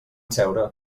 seure